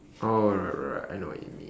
oh right right I know what you mean